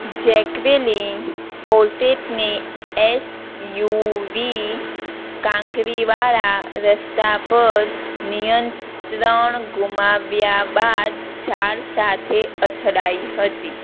Jacqueline કોલસેટને SUV કાંકરીવાળા રસ્તા પર નિયંત્રણ ગુમાવ્યા બાદ ઝાડ સાથે અથડાઈ હતી